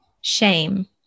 shame